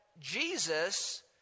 Jesus